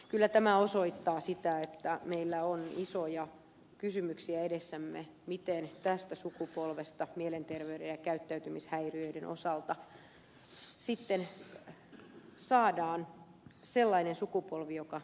kyllä tämä osoittaa sitä että meillä on isoja kysymyksiä edessämme miten tästä sukupolvesta mielenterveyden ja käyttäytymishäiriöiden osalta sitten saadaan sellainen sukupolvi joka tulevaa suomea johtaa